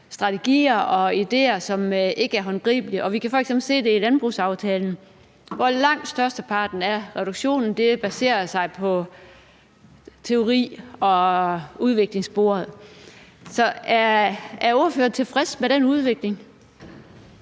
strategier og idéer, som ikke er håndgribelige, og vi kan f.eks. se det i landbrugsaftalen, hvor langt størsteparten af reduktionen baserer sig på teori og udviklingssporet. Så er ordføreren tilfreds med den udvikling?